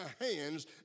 hands